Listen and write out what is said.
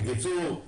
בקיצור,